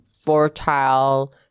fertile